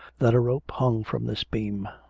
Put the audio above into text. that a rope hung from this beam,